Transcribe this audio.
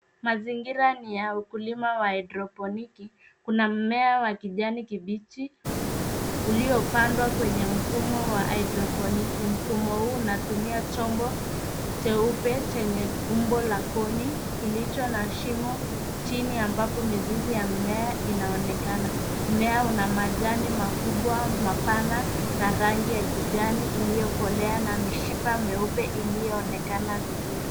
Mazingira ni ya ukulima wa hydroponiki. Kuna mmea wa kijani kibichi, uliopandwa kwenye mfumo wa hydroponiki. Mfumo huu unatumia chombo cheupe chenye umbo la koni, kilicho na shimo chini, ambapo mizizi ya mmea inaonekana. Mmea una majani makubwa mapana, na rangi ya kijani iliyokolea, na mishipa meupe iliyoonekana vizuri.